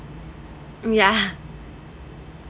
yeah